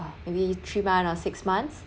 maybe three months or six months